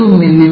me